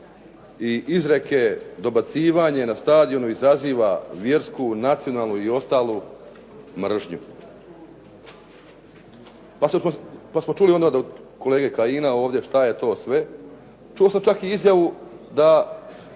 i izreke, dobacivanje na stadionu izaziva vjersku, nacionalnu i ostalu mržnju? Pa smo čuli onda od kolege Kajina ovdje što je to sve. Čuo sam čak i izjavu da,